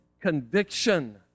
conviction